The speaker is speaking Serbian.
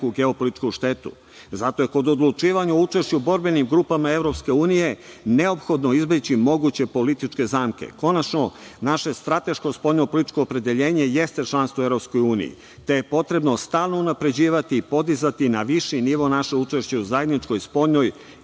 geopolitičku štetu. Zato je kod odlučivanja učešća u borbenim grupama EU neophodno izbeći moguće političke zamke. Konačno, naše strateško spoljno-političko opredeljenje jeste članstvo u EU, te je potrebno stalno unapređivati, podizati na viši nivo naše učešće u zajedničkoj spoljnoj